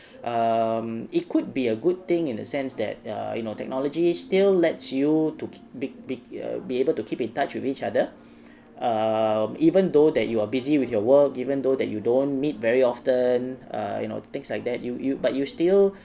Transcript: um it could be a good thing in a sense that err you know technology still lets you to be be uh be able to keep in touch with each other err even though that you are busy with your work even though that you don't meet very often err you know things like that you you but you still